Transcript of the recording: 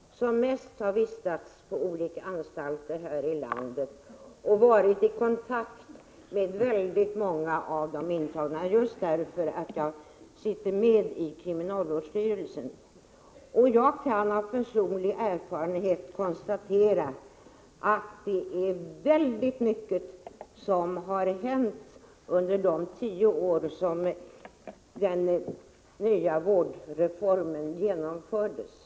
Herr talman! Jag är väl en av dem i kammaren som har vistats mest på olika anstalter i landet och varit i kontakt med många av de intagna, just därför att jag är med i kriminalvårdsstyrelsen. Jag kan av personlig erfarenhet konstatera att det har hänt väldigt mycket under de tio år som gått sedan vårdreformen genomfördes.